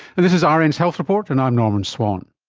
and this is ah rn's health report and i'm norman swan